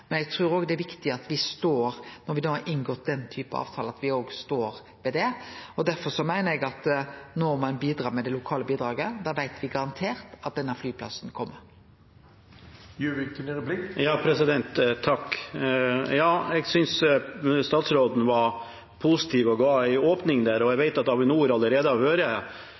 det viktig at me står ved det når me har inngått den type avtalar. Derfor meiner eg at når ein bidreg med det lokale bidraget, veit me garantert at denne flyplassen kjem. Jeg synes statsråden var positiv og ga en åpning der. Jeg vet at Avinor allerede har vært